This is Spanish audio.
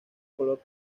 color